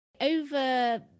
Over